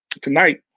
Tonight